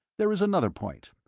there is another point.